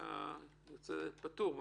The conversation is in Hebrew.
היה יוצא פטור.